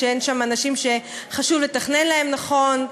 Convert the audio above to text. שאין שם אנשים שחשוב לתכנן להם נכון,